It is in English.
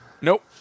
Nope